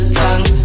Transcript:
tongue